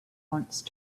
once